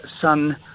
son